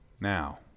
Now